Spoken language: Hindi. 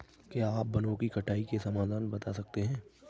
क्या आप वनों की कटाई के समाधान बता सकते हैं?